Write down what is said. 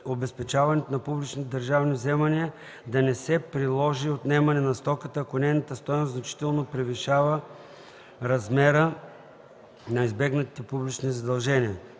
на публичните държавни вземания, да не се приложи отнемане на стоката, ако нейната стойност значително превишава размера на избегнатите публични задължения.